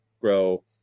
grow